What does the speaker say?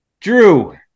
drew